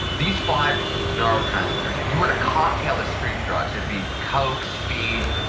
these five neurotransmitters, if you were to cocktail the street drugs, and be coke, speed,